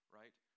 right